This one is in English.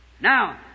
Now